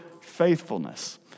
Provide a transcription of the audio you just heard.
faithfulness